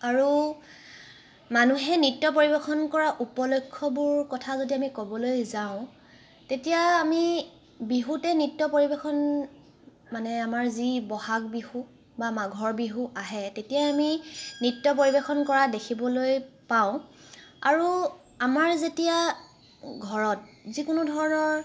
আৰু মানুহে নৃত্য পৰিৱেশন কৰা উপলক্ষবোৰ কথা যদি আমি ক'বলৈ যাওঁ তেতিয়া আমি বিহুতে নৃত্য পৰিৱেশন মানে আমাৰ যি বহাগ বিহু বা মাঘৰ বিহু আহে তেতিয়াই আমি নৃত্য পৰিৱেশন কৰা দেখিবলৈ পাওঁ আৰু আমাৰ যেতিয়া ঘৰত যিকোনো ধৰণৰ